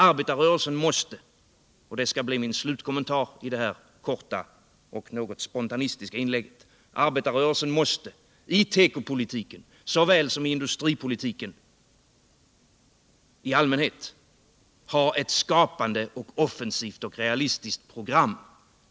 Arbetarrörelsen måste — och det skall bli min slutkommentar i detta korta och något spontanistiska inlägg — i tekopolitiken, såväl som i industripolitiken i allmänhet, ha ett skapande, offensivt och realistiskt program.